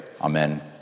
amen